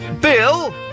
Bill